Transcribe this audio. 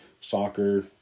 soccer